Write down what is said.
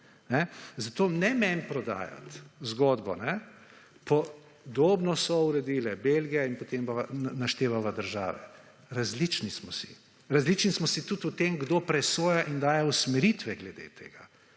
Zato ne meni prodajati zgodbo »podobno so uredile Belgija« in potem naštevava države. Različni smo si. Različni smo tudi o tem kdo presoja in daje usmeritve glede tega.